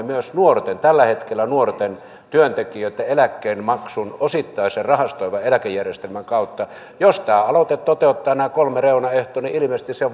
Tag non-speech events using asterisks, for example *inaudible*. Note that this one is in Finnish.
*unintelligible* myös tällä hetkellä nuorten työntekijöitten eläkkeenmaksun osittaisen rahastoivan eläkejärjestelmän kautta jos tämä aloite toteuttaa nämä kolme reunaehtoa niin ilmeisesti se *unintelligible*